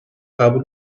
قبول